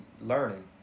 learning